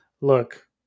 look